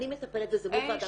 אני מטפלת בזה מול ועדת הסל.